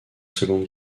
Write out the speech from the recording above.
seconde